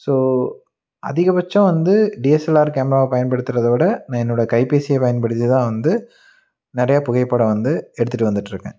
so அதிகப்பட்சம் வந்து DSLR கேமராவ பயன்படுத்துகிறத விட நான் என்னுடைய கைப்பேசியை பயன்படுத்திதான் வந்து நிறைய புகைப்படம் வந்து எடுத்துட்டு வந்துட்டிருக்கேன்